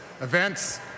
events